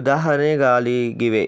ಉದಾಹರಣೆಗಳಾಗಿವೆ